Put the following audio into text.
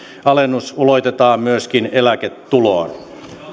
alennus ulotetaan myöskin eläketuloon